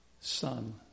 son